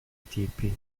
tipi